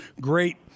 great